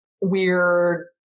Weird